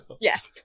Yes